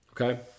Okay